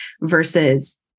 versus